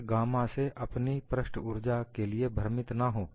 इस गामा से अपनी पृष्ठ ऊर्जा के लिए भ्रमित ना हो